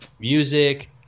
music